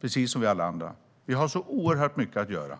precis som alla vi andra. Det finns så oerhört mycket att göra.